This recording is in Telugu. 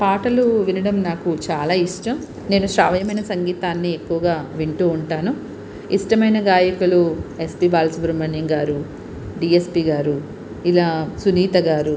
పాటలు వినడం నాకు చాలా ఇష్టం నేను శ్రావ్యమైన సంగీతాన్ని ఎక్కువగా వింటూ ఉంటాను ఇష్టమైన గాయకులూ ఎస్పి బాలసుబ్రమణ్యం గారు డిఎస్పి గారు ఇలా సునీత గారు